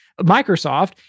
Microsoft